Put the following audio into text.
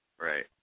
Right